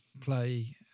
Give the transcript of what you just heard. play